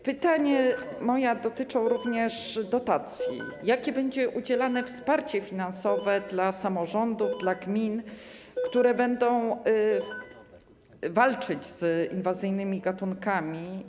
Pytania moje dotyczą również dotacji, jakie będą udzielane na wsparcie finansowe dla samorządów, dla gmin, które będą walczyć z inwazyjnymi gatunkami.